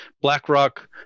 BlackRock